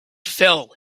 fell